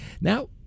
Now